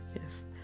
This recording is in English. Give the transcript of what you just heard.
yes